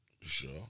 sure